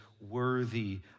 worthy